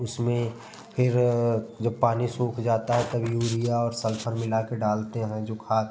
उसमें फिर जब पानी सूख जाता है तब यूरिया और सल्फर मिलाके डालते हैं जो खाद